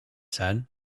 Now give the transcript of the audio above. said